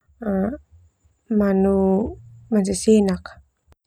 Manu manasasenak.